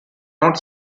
not